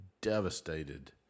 devastated